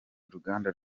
uruganda